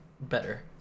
better